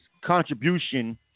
contribution